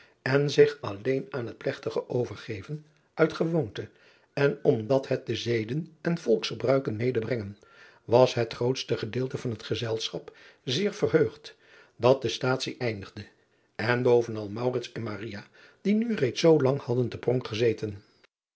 en zich alleen aan het plegtige overgeven uit gewoonte en omdat het de zeden en volksgebruiken medebrengen was het grootste gedeelte van het gezelschap zeer verheugd dat de staatsie eindigde en bovenal en die nu reeds zoolang hadden te pronk gezeten